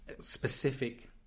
specific